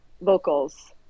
vocals